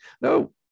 No